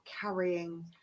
carrying